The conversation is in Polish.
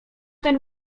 ten